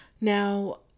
Now